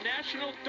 National